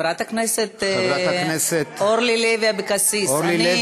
חברת הכנסת אורלי לוי אבקסיס, אני,